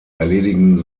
erledigen